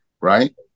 right